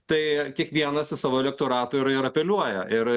tai kiekvienas į savo elektoratą ir ir apeliuoja ir